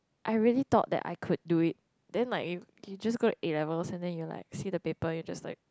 I really thought that I could do it then like you just got A-levels and then you're like see the paper then you're just like